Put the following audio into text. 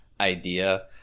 idea